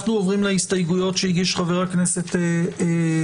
אנחנו עוברים להסתייגויות שהגיש חבר הכנסת רוטמן.